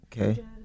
okay